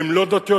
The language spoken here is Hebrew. הן לא דתיות,